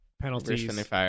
penalties